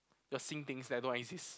you're seeing things that don't exist